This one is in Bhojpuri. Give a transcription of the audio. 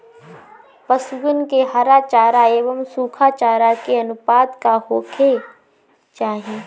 पशुअन के हरा चरा एंव सुखा चारा के अनुपात का होखे के चाही?